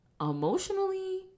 Emotionally